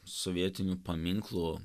sovietinių paminklų